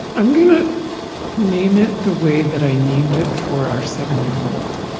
i'm gonna name it the way that i named it for our seven-year-old.